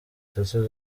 tatu